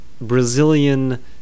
Brazilian